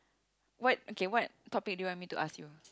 what okay what topic do you want me to ask you